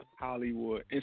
Hollywood